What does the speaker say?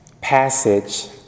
passage